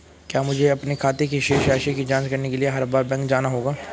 क्या मुझे अपने खाते की शेष राशि की जांच करने के लिए हर बार बैंक जाना होगा?